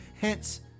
Hence